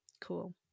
Cool